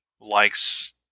likes